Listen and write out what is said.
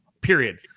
period